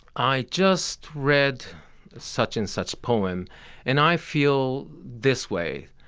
i just read such and such poem and i feel this way.